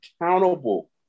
accountable